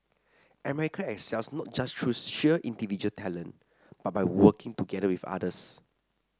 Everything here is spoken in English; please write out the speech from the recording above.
America excels not just through sheer individual talent but by working together with others